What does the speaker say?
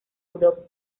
europa